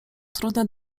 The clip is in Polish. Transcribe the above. trudne